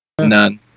None